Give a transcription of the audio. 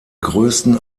größten